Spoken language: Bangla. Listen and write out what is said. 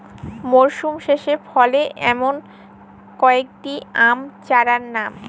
মরশুম শেষে ফলে এমন কয়েক টি আম চারার নাম?